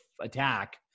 attack